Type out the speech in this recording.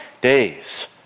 days